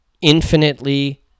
infinitely